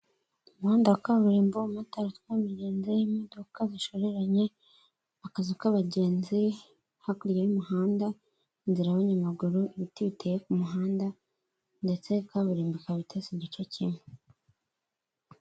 Umuhanda wa kaburimbo, umumotari utwaye umugenzi, ibimodoka bishoreranye, akazu k'abagenzi hakurya y'umuhanda, inzira y'aabanyamaguru, ibiti biteye ku muhanda ndetse kaburimbo ikaba itose igice kimwe.